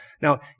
Now